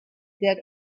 that